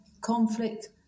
conflict